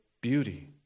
beauty